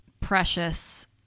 precious